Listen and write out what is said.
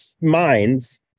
minds